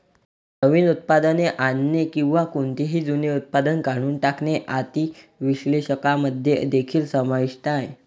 नवीन उत्पादने आणणे किंवा कोणतेही जुने उत्पादन काढून टाकणे आर्थिक विश्लेषकांमध्ये देखील समाविष्ट आहे